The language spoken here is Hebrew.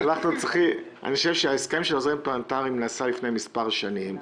ההסכם של העוזרים הפרלמנטריים נעשה לפני מספר שנים,